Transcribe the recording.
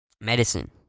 Medicine